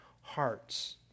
hearts